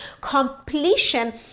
completion